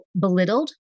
belittled